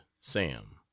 sam